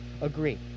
agree